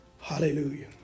Hallelujah